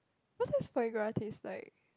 what does foie gras taste like